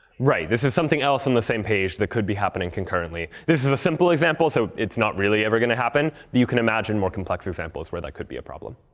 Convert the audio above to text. right. this is something else on the same page that could be happening concurrently. this is a simple example. so it's not really ever going to happen. but you can imagine more complex examples where that could be a problem.